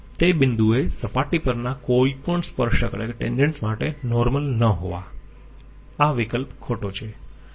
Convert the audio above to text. તે બિંદુએ સપાટી પરના કોઈપણ સ્પર્શક માટે નોર્મલ ન હોવા આ વિકલ્પ ખોટો છે